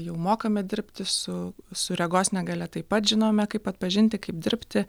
jau mokame dirbti su su regos negalia taip pat žinome kaip atpažinti kaip dirbti